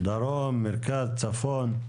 דרום, מרכז, צפון.